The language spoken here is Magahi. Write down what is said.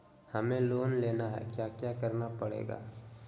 हमें लोन लेना है क्या क्या करना पड़ेगा?